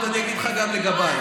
אני אומר על הבמה,